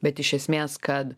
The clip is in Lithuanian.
bet iš esmės kad